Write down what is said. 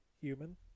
human